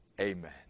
Amen